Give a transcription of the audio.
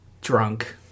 drunk